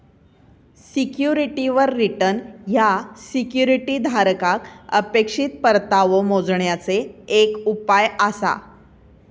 सिक्युरिटीवर रिटर्न ह्या सिक्युरिटी धारकाक अपेक्षित परतावो मोजण्याचे एक उपाय आसा